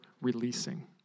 releasing